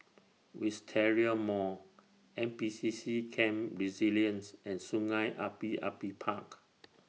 Wisteria Mall N P C C Camp Resilience and Sungei Api Api Park